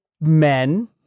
men